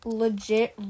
legit